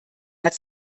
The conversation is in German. hat